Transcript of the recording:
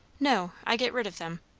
no. i get rid of them.